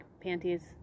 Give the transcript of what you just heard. panties